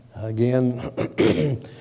Again